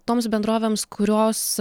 toms bendrovėms kurios